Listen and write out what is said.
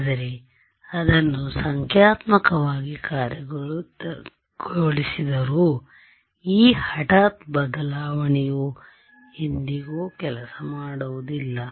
ಆದರೆ ಅದನ್ನು ಸಂಖ್ಯಾತ್ಮಕವಾಗಿ ಕಾರ್ಯಗತಗೊಳಿದರೂ ಈ ಹಠಾತ್ ಬದಲಾವಣೆಯು ಎಂದಿಗೂ ಕೆಲಸ ಮಾಡುವುದಿಲ್ಲ